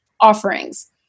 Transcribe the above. offerings